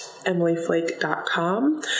emilyflake.com